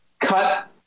Cut